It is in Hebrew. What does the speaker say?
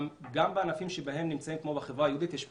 גם בענפים שבהם הם נמצאים כמו בחברה היהודית יש פערים,